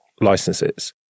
licenses